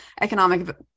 economic